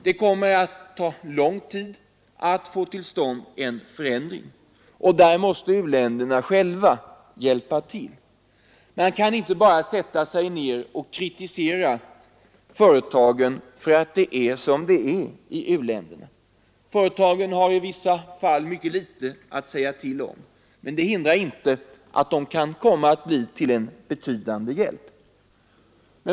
Det kommer att ta lång tid att få till stånd en förändring, och där måste u-länderna själva hjälpa till. Man kan inte bara sätta sig ner och kritisera företagen för att det är som det är i u-länderna. Företagen har i vissa fall mycket litet att säga till om, men det hindrar inte att de kan komma att bli till betydande hjälp.